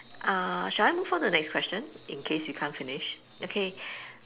uh shall I move onto the next question in case we can't finish okay